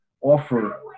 offer